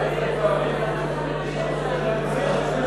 המלצת